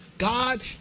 God